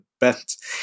best